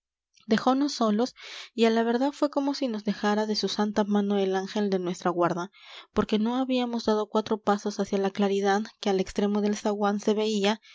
repentinamente dejonos solos y a la verdad fue como si nos dejara de su santa mano el ángel de nuestra guarda porque no habíamos dado cuatro pasos hacia la claridad que al extremo del zaguán se veía